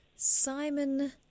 Simon